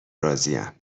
راضیم